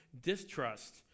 Distrust